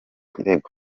kirego